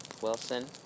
Wilson